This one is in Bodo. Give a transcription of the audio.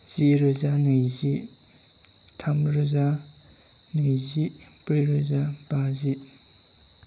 जिरोजा नैजि थामरोजा नैजिब्रै रोजा बाजि